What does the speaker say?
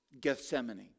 Gethsemane